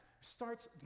starts